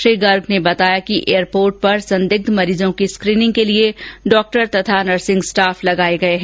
श्री गर्ग ने बताया कि एयरपोर्ट पर संदिग्ध मरीजों की स्क्रीनिंग के लिए डॉक्टर तथा नर्सिंग स्टाफ लगाए गए हैं